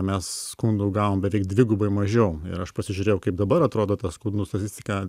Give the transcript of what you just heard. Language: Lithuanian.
mes skundų gavom beveik dvigubai mažiau ir aš pasižiūrėjau kaip dabar atrodo ta skundų statistika